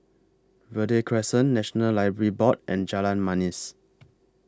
Verde Crescent National Library Board and Jalan Manis